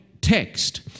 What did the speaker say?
text